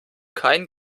kein